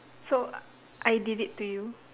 so I I did it to you